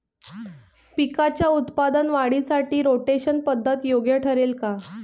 पिकाच्या उत्पादन वाढीसाठी रोटेशन पद्धत योग्य ठरेल का?